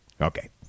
Okay